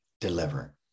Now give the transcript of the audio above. deliver